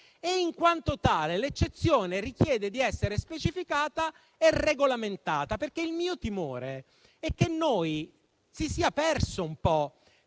e in quanto tale, essa richiede di essere specificata e regolamentata. Il mio timore è che noi si sia perso un po'